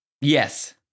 Yes